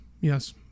Yes